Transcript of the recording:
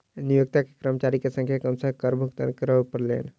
नियोक्ता के कर्मचारी के संख्या अनुसार कर भुगतान करअ पड़लैन